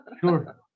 sure